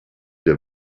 der